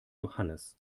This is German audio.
johannes